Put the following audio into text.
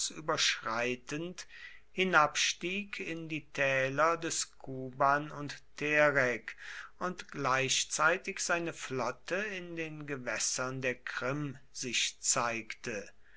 überschreitend hinabstieg in die täler des kuban und terek und gleichzeitig seine flotte in den gewässern der krim sich zeigte